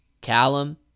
Callum